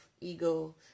ego